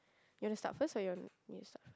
you want to start first or you want me to start first